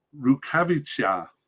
Rukavica